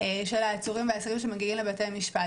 של העצורים והאסירים שמגיעים לבתי משפט.